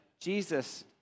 Jesus